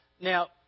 Now